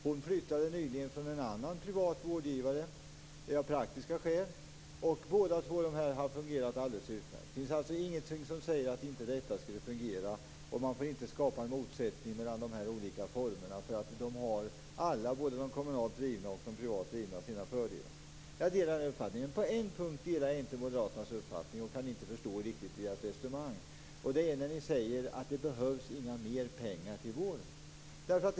Hon flyttade nyligen av praktiska skäl från en annan privat vårdgivare. Båda dessa vårdformer har fungerat alldeles utmärkt. Det finns alltså ingenting som säger att detta inte skulle fungera. Man får inte skapa motsättningar mellan de olika vårdformerna, för både de kommunalt och de privat drivna vårdformerna har sina fördelar. Jag delar alltså den uppfattningen. På en punkt delar jag inte moderaternas uppfattning och kan inte riktigt förstå ert resonemang, och det är när ni säger att det inte behövs mer pengar till vården.